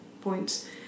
points